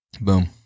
Boom